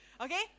okay